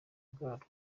bwarwo